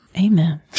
Amen